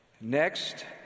Next